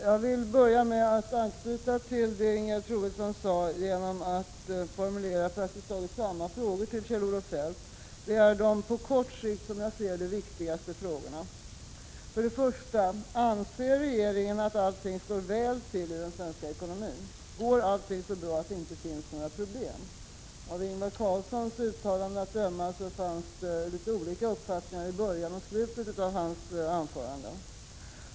Jag vill börja med att anknyta till det som Ingegerd Troedsson sade genom att formulera praktiskt taget samma frågor till Kjell-Olof Feldt, och det är de på kort sikt viktigaste frågorna. För det första: Anser regeringen att allt står väl till i den svenska ekonomin? Går allt så bra att det inte finns några problem? I Ingvar Carlssons anföranden fanns det olika uppfattningar i början och i slutet.